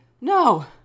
No